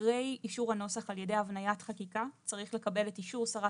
אחרי אישור הנוסח על ידי הבניית חקיקה צריך לקבל את אישור שרת